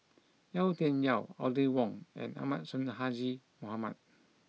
Yau Tian Yau Audrey Wong and Ahmad Sonhadji Mohamad